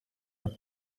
het